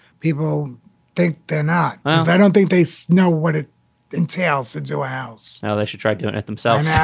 people think they're not. i don't think they so know what it entails to do a house now they should try to do and it themselves. yeah